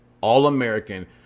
all-American